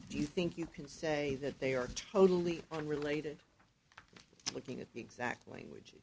do you think you can say that they are totally unrelated looking at the exact language